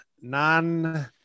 non